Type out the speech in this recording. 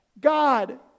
God